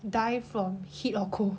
die from heat or cold